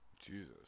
Jesus